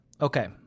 Okay